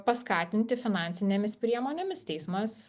paskatinti finansinėmis priemonėmis teismas